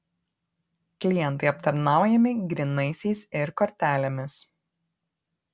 klientai aptarnaujami grynaisiais ir kortelėmis